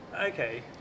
Okay